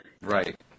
Right